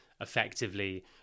effectively